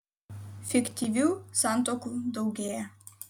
fiktyvių santuokų daugėja